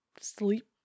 sleep